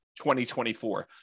2024